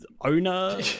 owner